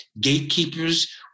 gatekeepers